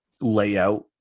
layout